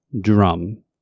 drum